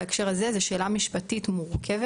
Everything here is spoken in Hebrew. בהקשר הזה זו שאלה משפטית מורכבת.